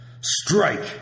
Strike